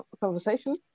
conversation